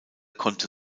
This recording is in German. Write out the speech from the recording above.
konnte